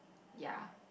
ya